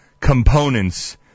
components